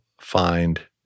find